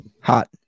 hot